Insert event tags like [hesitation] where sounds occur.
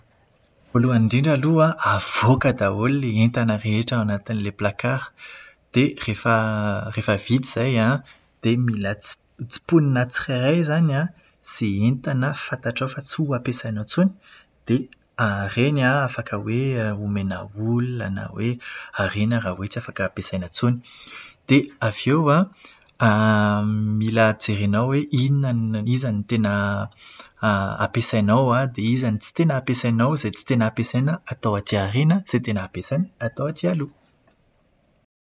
Voalohany indrindra aloha an, avoaka daholo ilay entana rehetra ao anatin'ilay plakara. Dia rehefa rehefa vita izay an, dia mila tsi- tsiponina tsirairay izany an izay entana fantatrao fa tsy ho ampiasainao intsony, dia [hesitation] ireny an afaka hoe omena olona, na hoe ariana raha tsy afaka ampiasaina intsony. Dia avy eo an, [hesitation] mila jerenao hoe inona n- iza no tena [hesitation] ampiasainao an dia iza no tsy tena ampiasainao, izay tsy tena ampiasaina atao aty aoriana, izay tena ampiasaina atao aty aloha!